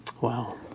Wow